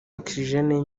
oxygen